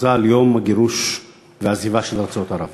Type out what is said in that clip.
ההכרזה על יום הגירוש והעזיבה של ארצות ערב.